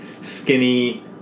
skinny